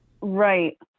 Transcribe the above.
Right